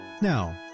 Now